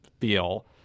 feel